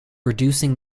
reducing